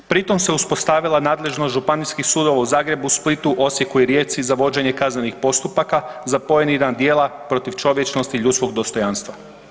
Pritom se uspostavila nadležnost županijskih sudova u Zagrebu, Splitu, Osijeku i Rijeci za vođenje kaznenih postupaka za pojedina djela protiv čovječnosti ljudskog dostojanstva.